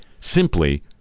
simply